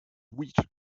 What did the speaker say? wheat